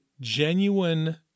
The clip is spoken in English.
genuine